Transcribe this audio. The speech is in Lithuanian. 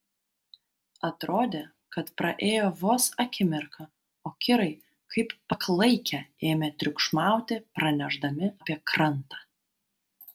atrodė kad praėjo vos akimirka o kirai kaip paklaikę ėmė triukšmauti pranešdami apie krantą